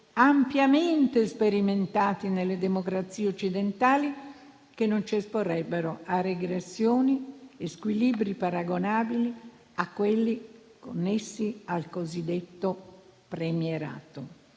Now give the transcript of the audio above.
ampiamente sperimentati nelle democrazie occidentali, che non ci esporrebbero a regressioni e squilibri paragonabili a quelli connessi al cosiddetto premierato.